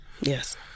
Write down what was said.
yes